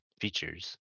features